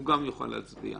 הוא גם יוכל להצביע.